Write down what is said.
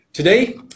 Today